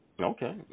Okay